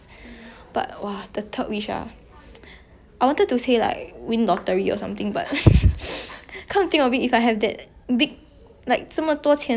come to think of it if I have that big like 这么多钱我做什么我真的想不到 it's like okay lor I can buy whatever I want